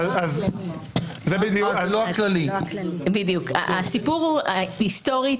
אז הסיפור הוא היסטורי,